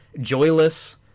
joyless